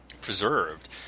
preserved